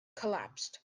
collapsed